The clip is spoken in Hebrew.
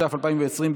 התש"ף 2020,